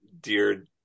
dear